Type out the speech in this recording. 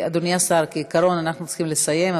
אדוני השר, כעיקרון, אנחנו צריכים לסיים.